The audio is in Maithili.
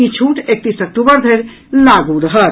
ई छुट एकतीस अक्टूबर धरि लागू रहत